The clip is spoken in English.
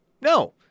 No